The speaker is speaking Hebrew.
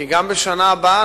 כי גם בשנה הבאה